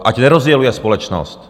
Ať nerozděluje společnost!